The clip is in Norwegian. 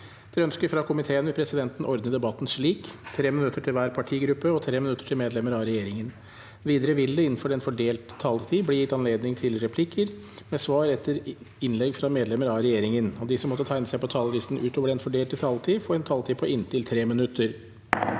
og miljøkomiteen vil presidenten ordne debatten slik: 3 minutter til hver partigruppe og 3 minutter til medlemmer av regjeringa. Videre vil det – innenfor den fordelte taletid – bli gitt anledning til replikker med svar etter innlegg fra medlemmer av regjeringa, og de som måtte tegne seg på talerlista utover den fordelte taletid, får også en taletid på inntil 3 minutter.